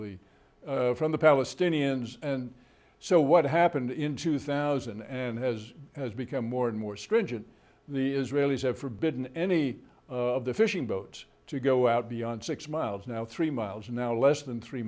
the from the palestinians and so what happened in two thousand and has has become more and more stringent the israelis have forbidden any of the fishing boats to go out beyond six miles now three miles an hour less than three